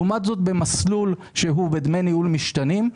לעומת זאת, במסלול שהוא בדמי ניהול משתנים,